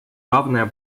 равное